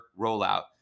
rollout